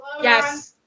yes